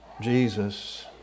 Jesus